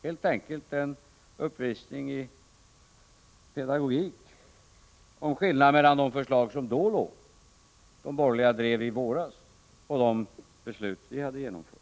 Det var helt enkelt en uppvisning i pedagogik om skillnaden mellan de förslag som de borgerliga drev i våras och de beslut som vi genomfört.